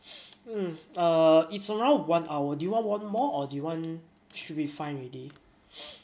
err it's around one hour do you want one more or the one should be fine already